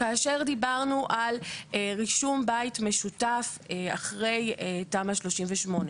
כאשר דיברנו על רישום בית משותף אחרי תמ"א 38,